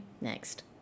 next